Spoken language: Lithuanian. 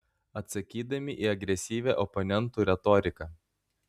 atsakydami į agresyvią oponentų retoriką